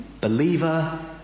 believer